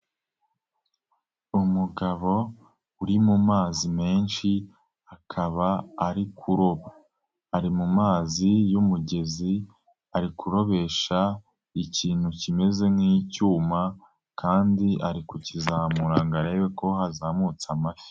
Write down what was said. Umugabo uri mu mu mazi menshi akaba ari kuroba, ari mu mazi y'umugezi, ari kurobesha ikintu kimeze nk'icyuma kandi ari kukizamura ngo arebe ko hazamutse amafi.